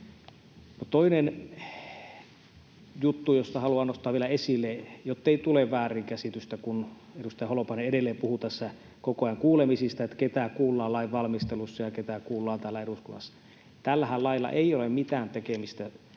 Toinen juttu, jonka haluan nostaa vielä esille, jottei tule väärinkäsitystä, kun edustaja Holopainen edelleen puhuu tässä koko ajan kuulemisista, että ketä kuullaan lainvalmistelussa ja ketä kuullaan täällä eduskunnassa: Tällä laillahan ei ole mitään tekemistä